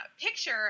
picture